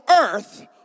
earth